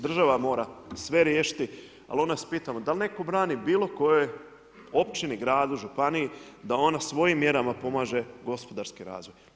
Država mora sve riješiti, ali onda vas pitamo, da li netko brani bilo kojoj općini, gradu, županiji, da ona svojim mjerama pomaže gospodarski razvoj?